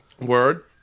Word